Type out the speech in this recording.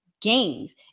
games